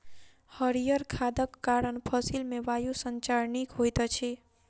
हरीयर खादक कारण फसिल मे वायु संचार नीक होइत अछि